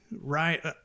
right